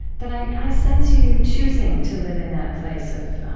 but i i sense you choosing to live in that place of